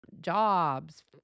jobs